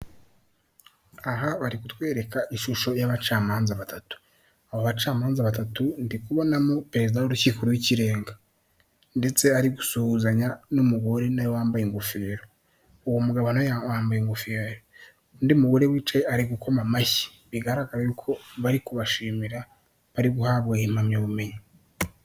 Aha bari kutwereka ishusho y'abacamanza batatu, aba bacamanza batatu ndikubonamo perezida w'urukiko rw'ikirenga ndetse ari gusuhuzanya n'umugore nawe wambaye ingofero, uwo mugabo nawe wambaye ingofero, undi mugore wicaye ari gukoma amashyi, bigaragara yuko bari kubashimira bari guhabwa impamyabumenyi.